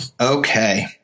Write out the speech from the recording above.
Okay